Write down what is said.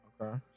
Okay